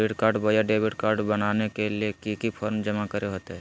Credit card बोया debit card बनाने ले की की फॉर्म जमा करे होते?